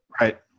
Right